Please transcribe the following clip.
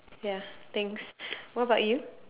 ya thanks what about you